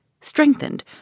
strengthened